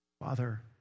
Father